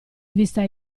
vista